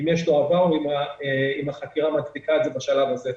אם יש לו עבר או אם החקירה מצדיקה את זה בשלב הזה.